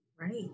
Right